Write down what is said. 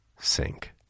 sink